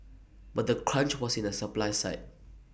but the crunch was in the supply side